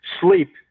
Sleep